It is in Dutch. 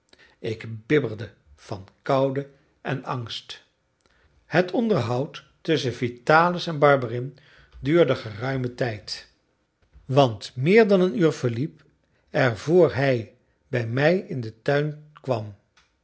ik bibberde van koude en angst het onderhoud tusschen vitalis en barberin duurde geruimen tijd want meer dan een uur verliep er vr hij bij mij in den tuin kwam